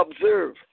observe